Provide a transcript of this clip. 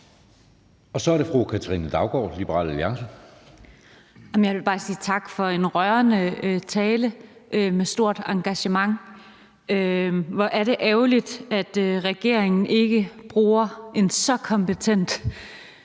Kl. 17:09 Katrine Daugaard (LA): Jeg vil bare sige tak for en rørende tale med et stort engagement. Hvor er det ærgerligt, at regeringen ikke bruger en så kompetent